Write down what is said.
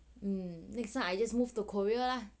mm next time I just moved to korea lah